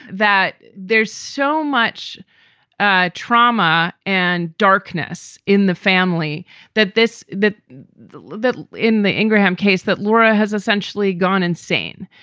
that there's so much ah trauma and darkness in the family that this that that in the ingraham case that laura has essentially gone insane,